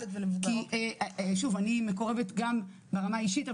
שאני מקורבת גם ברמה האישית,